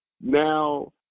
Now